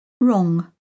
Wrong